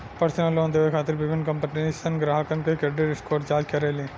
personal loan देवे खातिर विभिन्न कंपनीसन ग्राहकन के क्रेडिट स्कोर जांच करेली